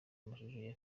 amashusho